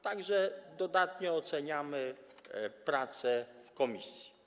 Także dodatnio oceniamy pracę komisji.